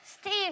Steve